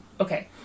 okay